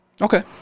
okay